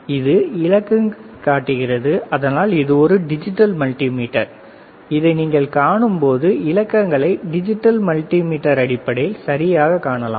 இது இலக்கங்களை காட்டுகிறது அதனால்தான் இது ஒரு டிஜிட்டல் மல்டிமீட்டர் இதை நீங்கள் காணும்போது இலக்கங்களை டிஜிட்டல் மல்டிமீட்டர் அடிப்படையில் சரியாக காணலாம்